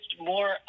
more